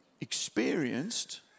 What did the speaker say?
experienced